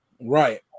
Right